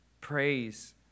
praise